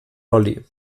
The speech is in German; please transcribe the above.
lolli